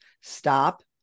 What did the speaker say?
stop